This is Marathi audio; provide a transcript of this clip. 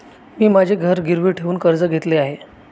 मी माझे घर गिरवी ठेवून कर्ज घेतले आहे